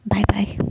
Bye-bye